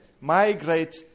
Migrate